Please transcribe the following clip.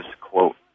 quote